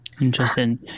Interesting